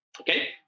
Okay